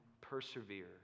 persevere